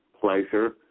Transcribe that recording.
pleasure